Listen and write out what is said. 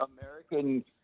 American